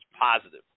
positive